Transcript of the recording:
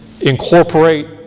incorporate